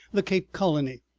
the cape colony,